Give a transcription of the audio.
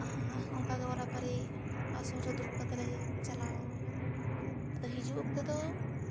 ᱚᱱᱠᱟ ᱜᱮ ᱚᱱᱟ ᱯᱟᱹᱨᱤ ᱟᱥᱚᱨ ᱨᱮ ᱫᱩᱲᱩᱵ ᱠᱟᱛᱮᱜ ᱞᱮ ᱪᱟᱞᱟᱣ ᱮᱱᱟ ᱟᱫᱚ ᱦᱤᱡᱩᱜ ᱚᱠᱛᱚ ᱫᱚ